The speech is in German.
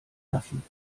lassen